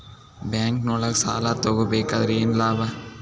ಬ್ಯಾಂಕ್ನೊಳಗ್ ಸಾಲ ತಗೊಬೇಕಾದ್ರೆ ಏನ್ ಲಾಭ?